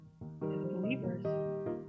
believers